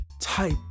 type